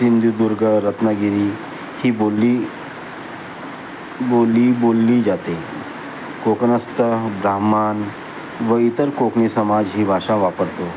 सिंधुदुर्ग रत्नागिरी ही बोलली बोली बोलली जाते कोकणस्थ ब्राह्मण व इतर कोकणी समाज ही भाषा वापरतो